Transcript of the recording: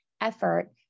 effort